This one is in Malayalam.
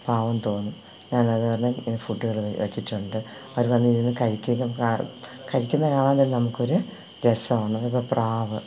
പാവം തോന്നും ഞാനത് കാരണം ഇതിന് ഫുഡ് വരെ വച്ചിട്ടുണ്ട് അവര് വന്നിരുന്നു കഴിക്കലും കാറും കഴിക്കുന്ന കാണാന്തന്നെ നമുക്കൊരു രസമാണ് അതേപോലെ പ്രാവ്